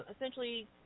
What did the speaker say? essentially –